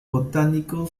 botánico